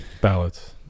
ballots